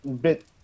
Bit